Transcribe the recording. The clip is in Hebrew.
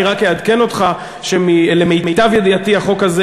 רק אעדכן אותך שלמיטב ידיעתי החוק הזה